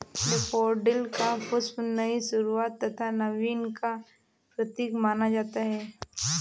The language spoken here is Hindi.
डेफोडिल का पुष्प नई शुरुआत तथा नवीन का प्रतीक माना जाता है